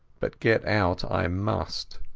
but get out i must.